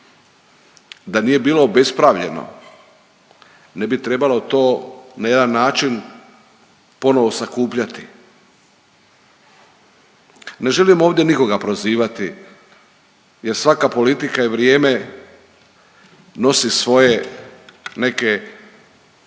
Da nije bilo obespravljeno, ne bi trebalo to na jedan način ponovo sakupljati. Ne želim ovdje nikoga prozivati, jer svaka politika i vrijeme nosi svoje neke